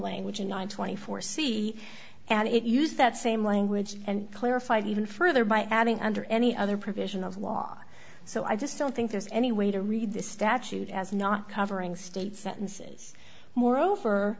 and twenty four c and it used that same language and clarified even further by adding under any other provision of law so i just don't think there's any way to read the statute as not covering state sentences moreover